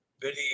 video